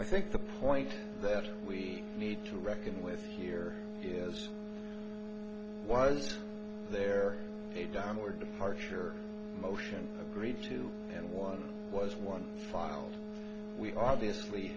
i think the point that we need to reckon with here years was there a downward departure motion greta two and one was one file we obviously